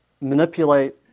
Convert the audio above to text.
manipulate